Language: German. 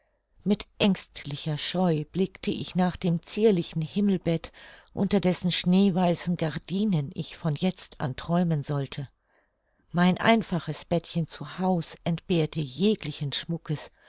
mit ängstlicher scheu blickte ich nach dem zierlichen himmelbett unter dessen schneeweißen gardinen ich von jetzt an träumen sollte mein einfaches bettchen zu haus entbehrte jeglichen schmuckes